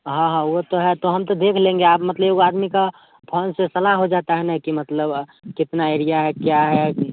हाँ हाँ वह तो है तो हम तो देख लेंगे आप मतलब एक आदमी का फोन से सलाह हो जाती है ना कि मतलब कितना एरिया है या क्या है जी